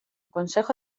consejo